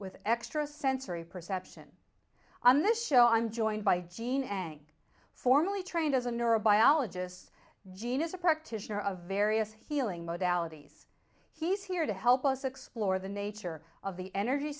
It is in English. with extra sensory perception on this show i'm joined by gene and formally trained as a neurobiologist genius a practitioner of various healing modalities he's here to help us explore the nature of the energy